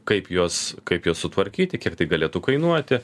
kaip juos kaip juos sutvarkyti kiek tai galėtų kainuoti